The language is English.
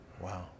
Wow